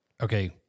Okay